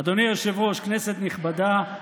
אדוני היושב-ראש, כנסת נכבדה,